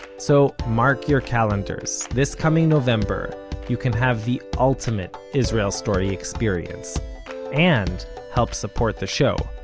so mark your calendars this coming november you can have the ultimate israel story experience and help support the show.